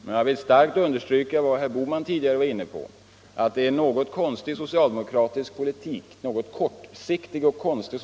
Men jag vill starkt understryka vad herr Bohman tidigare var inne på: att den socialdemokratiska politiken är ganska kortsiktig och konstig.